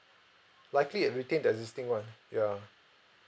likely I retain the existing [one] ya